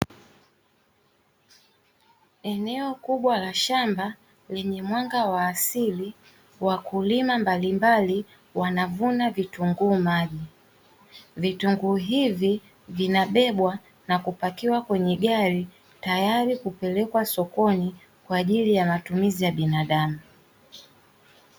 Eneo kubwa la shamba lenye mwanga wa asili wakulima mbalimbali wanavuna vitunguu maji. Vitunguu hivi vinabebwa na kupakiwa kwenye gari tayari kupelekwa sokoni tayari kwa matumizi ya binadamu.